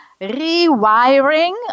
rewiring